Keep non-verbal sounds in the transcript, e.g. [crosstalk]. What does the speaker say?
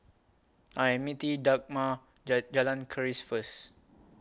I Am meeting Dagmar [unintelligible] Jalan Keris First